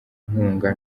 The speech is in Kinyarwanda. nkunga